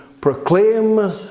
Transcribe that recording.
proclaim